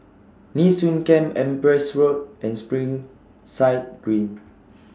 Nee Soon Camp Empress Road and Springside Green